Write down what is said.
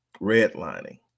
redlining